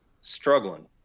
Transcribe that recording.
struggling